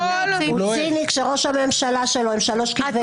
ראש הממשלה שלו עם שלושה כתבי אישום.